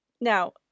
Now